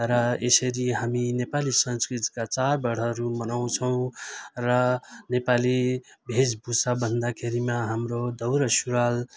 र यसरी हामी नेपाली संस्कृतिका चाडबाडहरू मनाउँछौँ र नेपाली वेशभूषा भन्दाखेरिमा हाम्रो दौरासुरुवाल